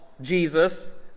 Jesus